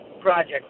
project